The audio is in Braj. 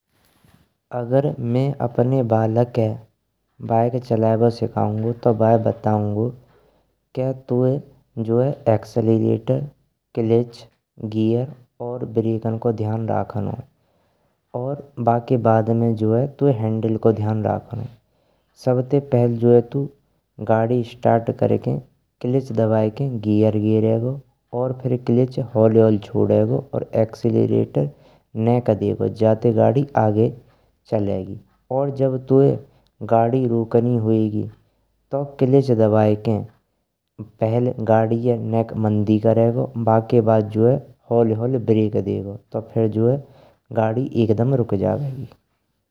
अगर में अपने बलकै बाइक चलैवो सिखाउँगो तो बाये बताउँगो के तो जो है एक्सेलेरेटर, क्लच, गियर और ब्रेकन को ध्यान रखनो है। और बाके बद में जो है तोये हैंडल को ध्यान रखनो है सबते पहेल जो है, तू गाड़ी स्टार्ट लार्किन क्लिच दबाये कें गियर जरेगो और फिर क्लिच खोल खोल छोड़ैगो और एक्सेलेरेटर नाइक देगो। जाते गाड़ी आगे चलैगी और जब तोये गाड़ी रोकनी होयेगी तो क्लिच दबायेके पहले गाड़िये नाइल मंदी करेगो बाके बद जो है। खोल खोल ब्रेक देगो तो फिर जो है गाड़ी एकदम रुक जयेगी।